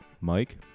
Mike